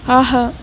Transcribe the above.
ஆஹா